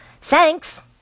Thanks